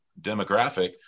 demographic